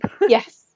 yes